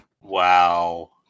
Wow